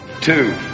Two